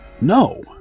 No